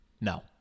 no